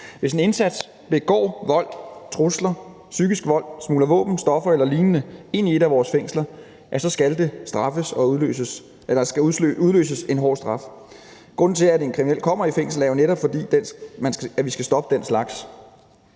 Hvis en indsat begår vold, trusler, psykisk vold, smugler våben, stoffer eller lignende ind i et af vores fængsler, skal der udløses en hård straf. Grunden til, at en kriminel kommer i fængsel, er jo netop, at vi skal stoppe den slags.